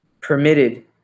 permitted